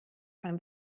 beim